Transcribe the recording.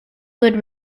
would